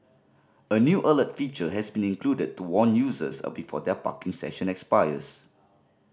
a new alert feature has been included to warn users of before their parking session expires